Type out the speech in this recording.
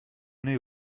nez